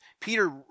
Peter